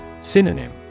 Synonym